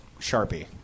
Sharpie